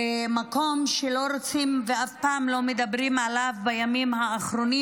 למקום שלא רוצים ואף פעם לא מדברים עליו בימים האחרונים,